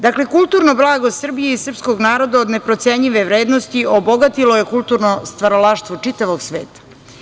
Dakle, kulturno blago Srbije i srpskog naroda od neprocenjive je vrednosti i obogatilo je kulturno stvaralaštvo čitavog sveta.